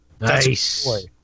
nice